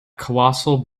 colossal